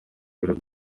biro